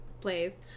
plays